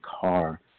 car